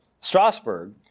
Strasbourg